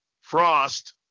Frost